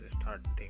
starting